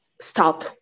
stop